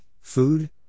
food